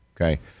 Okay